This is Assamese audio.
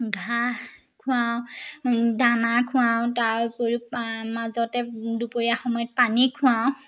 ঘাঁহ খুৱাওঁ দানা খুৱাওঁ তাৰ উপৰিও মাজতে দুপৰীয়া সময়ত পানী খুৱাওঁ